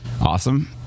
awesome